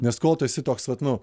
nes kol tu esi toks vat nu